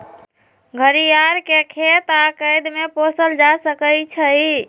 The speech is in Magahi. घरियार के खेत आऽ कैद में पोसल जा सकइ छइ